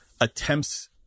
attempts